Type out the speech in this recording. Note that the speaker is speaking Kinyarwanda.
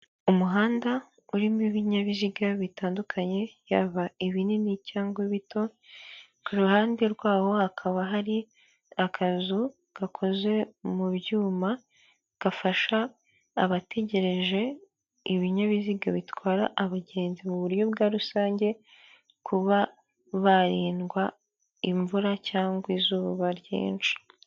Umuhanda urimo ibinyabiziga bitandukanye yaba ibinini cyangwa bito, ku ruhande rw'aho hakaba hari akazu gakoze mu byuma gafasha abategereje ibinyabiziga bitwara abagenzi mu buryo bwa rusange kuba barindwa imvura cyangwa izuba ryinshi.